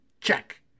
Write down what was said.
Check